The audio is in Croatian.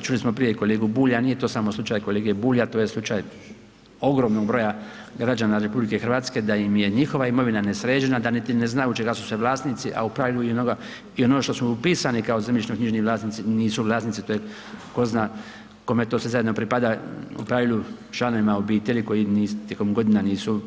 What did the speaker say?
Čuli smo prije i kolegu Bulja, nije to samo slučaj kolege Bulja, to je slučaj ogromnog broja građana RH da im je njihova imovina nesređena, da niti ne znaju čega su sve vlasnici, a u pravilu i onoga i ono što su upisani kao zemljišno-knjižni vlasnici nisu vlasnici tko je ko zna kome to sve zajedno pripada, u pravilu članovima obitelji koji nisu, koji tijekom godina nisu,